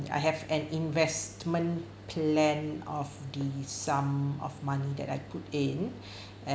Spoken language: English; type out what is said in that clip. I have an investment plan of the sum of money that I put in and